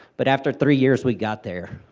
but after three years we got there.